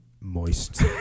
moist